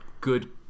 good